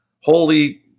holy